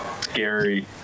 scary